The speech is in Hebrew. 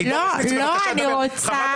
אני רוצה --- לא רגע,